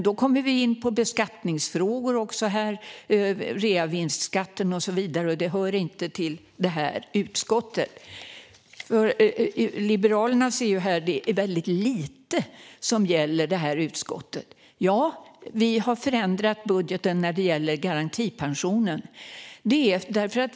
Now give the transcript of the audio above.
Då kommer vi in på beskattningsfrågor - reavinstskatt och så vidare - och det hör inte till detta utskotts område. Liberalerna ser här att det är väldigt lite som gäller det här utskottet. Ja, vi har förändrat budgeten när det gäller garantipensionen.